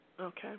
Okay